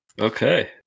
Okay